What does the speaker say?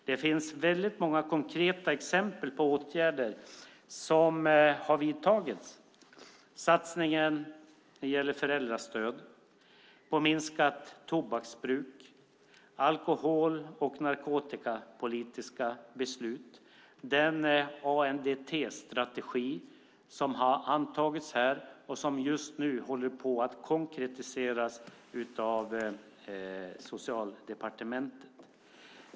Det finns många konkreta exempel på åtgärder, såsom satsningar på föräldrastöd och minskat tobaksbruk, alkohol och narkotikapolitiska beslut och den ANDT-strategi som har antagits här och som just nu konkretiseras av Socialdepartementet.